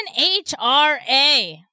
NHRA